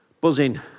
Buzzing